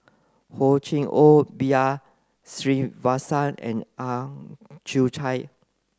Hor Chim Or B R Sreenivasan and Ang Chwee Chai